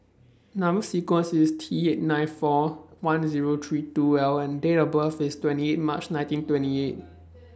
Number sequence IS T eight nine four one Zero three two L and Date of birth IS twenty eight March nineteen twenty eight